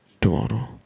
tomorrow